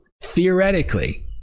Theoretically